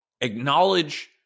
Acknowledge